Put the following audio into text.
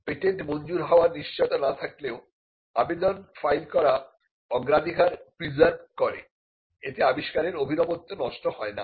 patent মঞ্জুর হবার নিশ্চয়তা না থাকলেও আবেদন ফাইল করা অগ্রাধিকার প্রিসার্ভ করে এতে আবিষ্কারের অভিনবত্ব নষ্ট হয় না